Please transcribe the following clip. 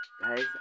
guys